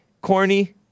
Corny